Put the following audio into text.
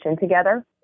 together